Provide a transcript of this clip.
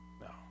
No